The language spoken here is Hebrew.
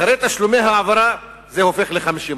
אחרי תשלומי העברה זה הופך ל-50%.